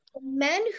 Men